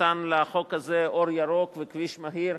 שנתן לחוק הזה "אור ירוק" ו"כביש מהיר",